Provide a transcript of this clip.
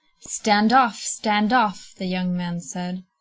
stand off! stand off! the young man said,